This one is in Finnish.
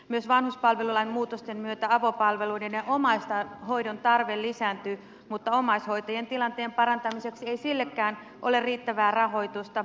myös vanhuspalvelulain muutosten myötä avopalveluiden ja omaishoidon tarve lisääntyy mutta omaishoitajien tilanteen parantamiseksikaan ei ole riittävää rahoitusta